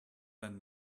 than